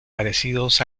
parecidos